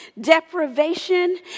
Deprivation